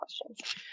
questions